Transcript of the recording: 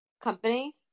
company